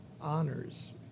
honors